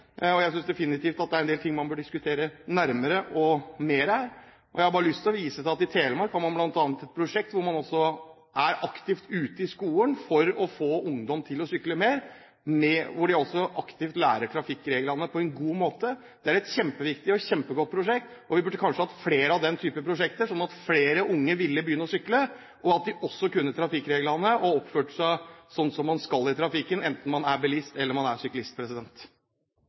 og jeg synes definitivt at det er en del ting man bør diskutere nærmere. Jeg har bare lyst til å vise til at i Telemark har man bl.a. et prosjekt hvor man også er aktivt ute i skolen for å få ungdom til å sykle mer, hvor de også aktivt lærer trafikkreglene på en god måte. Det er et kjempeviktig og kjempegodt prosjekt, og vi burde kanskje hatt flere av den type prosjekter, slik at flere unge ville begynne å sykle, og slik at de også kunne trafikkreglene og oppførte seg sånn som man skal i trafikken, enten man er bilist eller man er